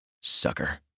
Sucker